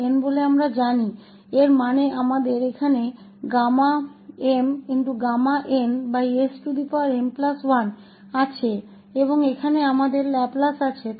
और tn 1 के लिए भी हम जानते हैं sn इसका मतलब है कि हमारे पास यहाँ mn है और यहाँ हमारे पास लाप्लास है